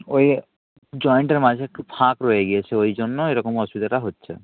ওই জয়েন্টের মাঝে একটু ফাঁক রয়ে গিয়েছে ওই জন্য এরকম অসুবিধাটা হচ্ছে